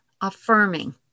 affirming